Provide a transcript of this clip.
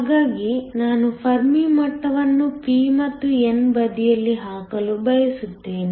ಹಾಗಾಗಿ ನಾನು ಫರ್ಮಿ ಮಟ್ಟವನ್ನು p ಮತ್ತು n ಬದಿಯಲ್ಲಿ ಹಾಕಲು ಬಯಸುತ್ತೇನೆ